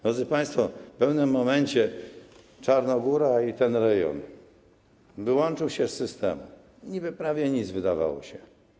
Drodzy państwo, w pewnym momencie Czarnogóra i ten rejon wyłączyły się z systemu, niby prawie nic, wydawało się.